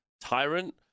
tyrant